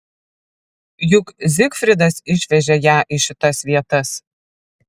juk zigfridas išvežė ją į šitas vietas